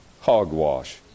Hogwash